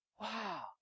Wow